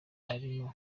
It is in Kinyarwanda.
arimo